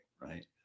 right